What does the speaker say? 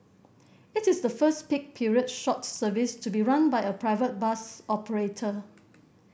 it is the first peak period short service to be run by a private bus operator